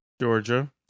Georgia